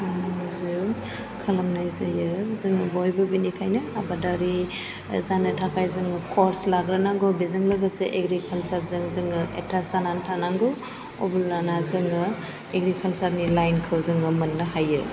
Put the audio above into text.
जों खालामनाय जोङो बयबो बेनिखायनो आबादारि जानो थाखाय जोङो कर्स लाग्रोनांगौ बेजों लोगोसे एग्रिकाल्सार जों जोङो एटास जानानै थानांगौ अब्लाना जोङो एग्रिकाल्सार नि लाइन खौ जोङो मोननो हायो